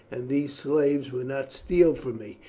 and these slaves would not steal from me,